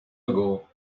ago